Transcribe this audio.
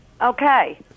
Okay